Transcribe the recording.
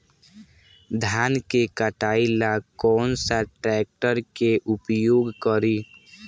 धान के कटाई ला कौन सा ट्रैक्टर के उपयोग करी?